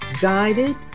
guided